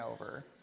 over